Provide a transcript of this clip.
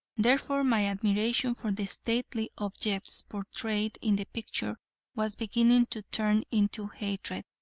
therefore my admiration for the stately objects portrayed in the picture was beginning to turn into hatred.